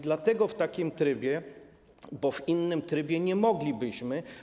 Dlatego w takim trybie, bo w innym nie moglibyśmy.